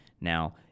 Now